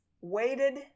waited